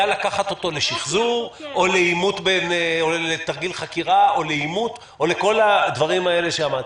לקחת אותו לשחזור או לעימות או לתרגיל חקירה או לכל הדברים שאמרת.